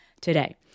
today